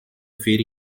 feira